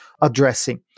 addressing